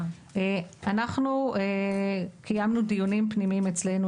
אנחנו קיימנו דיונים פנימיים אצלנו,